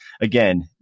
Again